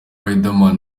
riderman